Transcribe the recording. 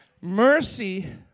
Mercy